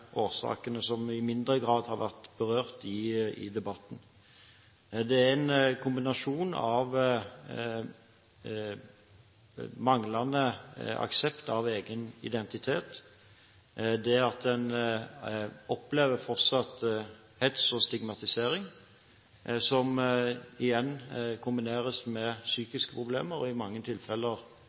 årsakene, som i mindre grad har vært berørt i debatten. Det handler om en kombinasjon av manglende aksept av egen identitet og det at en fortsatt opplever hets og stigmatisering, som igjen fører til psykiske problemer og – i mange tilfeller